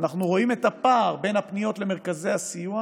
ואנחנו רואים את הפער בין הפניות למרכזי הסיוע